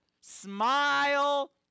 smile